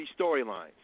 storylines